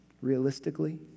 realistically